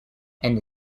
and